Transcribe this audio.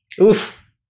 Oof